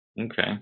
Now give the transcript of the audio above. Okay